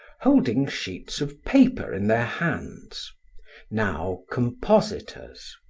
holding sheets of paper in their hands now compositors,